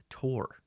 tour